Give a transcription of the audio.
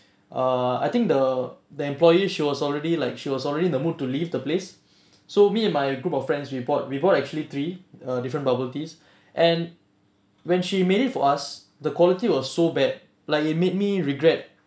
uh I think the the employee she was already like she was already in the mood to leave the place so me and my group of friends we bought we bought actually three uh different bubble teas and when she made it for us the quality was so bad like it made me regret